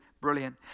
brilliant